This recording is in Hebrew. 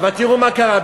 אבל תראו מה קרה.